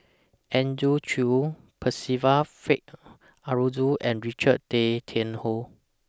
Andrew Chew Percival Frank Aroozoo and Richard Tay Tian Hoe